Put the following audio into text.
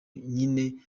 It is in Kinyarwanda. nyine